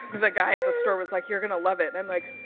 the guy at the store was like, you're gonna love it and i'm like,